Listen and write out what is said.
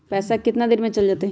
पैसा कितना दिन में चल जतई?